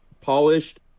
polished